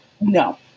No